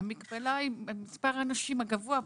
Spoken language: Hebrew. המגבלה עם מספר האנשים הגבוה ביותר.